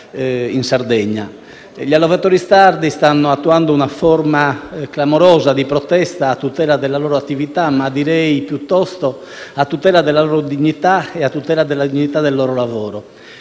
in Sardegna. Gli allevatori sardi stanno attuando una forma clamorosa di protesta a tutela della loro attività, ma direi piuttosto a tutela della loro dignità e a tutela della dignità del loro lavoro: